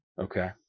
Okay